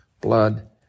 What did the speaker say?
blood